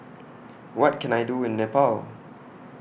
What Can I Do in Nepal